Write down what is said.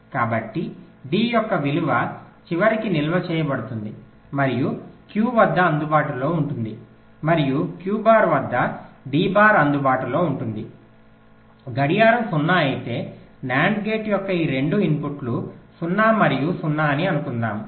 కాబట్టి D యొక్క విలువ చివరికి నిల్వ చేయబడుతుంది మరియు Q వద్ద అందుబాటులో ఉంటుంది మరియు Q బార్ వద్ద D బార్ అందుబాటులో ఉంటుంది గడియారం 0 అయితే NAND గేట్ యొక్క ఈ రెండు ఇన్పుట్లు 0 మరియు 0 అని అనుకుందాము